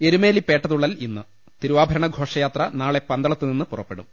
എരുമേലി പേട്ടതുളളൽ ഇന്ന് തിരുവാഭരണ ഘോഷയാത്ര നാളെ പന്തളത്തു നിന്ന് പ്പുറപ്പെടും